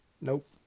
Nope